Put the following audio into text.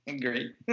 Great